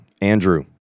Andrew